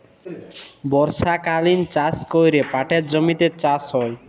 বর্ষকালীল চাষ ক্যরে পাটের জমিতে চাষ হ্যয়